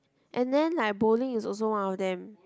and then like bowling is also one of them